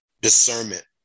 discernment